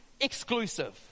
exclusive